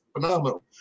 phenomenal